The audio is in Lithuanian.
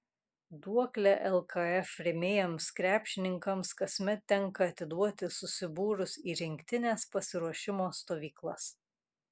duoklę lkf rėmėjams krepšininkams kasmet tenka atiduoti susibūrus į rinktinės pasiruošimo stovyklas